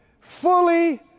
fully